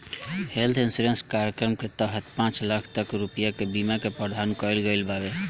health insurance कार्यक्रम के तहत पांच लाख तक रुपिया के बीमा के प्रावधान कईल गईल बावे